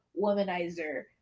womanizer